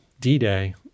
D-Day